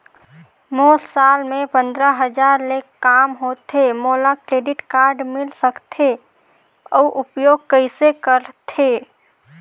मोर साल मे पंद्रह हजार ले काम होथे मोला क्रेडिट कारड मिल सकथे? अउ उपयोग कइसे करथे?